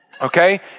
Okay